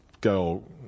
go